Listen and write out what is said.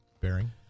Bearing